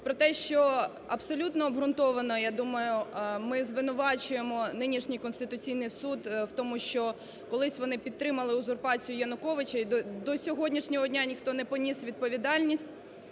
про те, що абсолютно обґрунтовано, я думаю, ми звинувачуємо нинішній Конституційний Суд в тому, що колись вони підтримали узурпацію Януковича і до сьогоднішнього дня ніхто не поніс відповідальність.